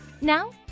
Now